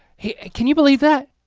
hey, can you believe that?